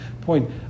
point